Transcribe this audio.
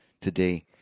today